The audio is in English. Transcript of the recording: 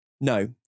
No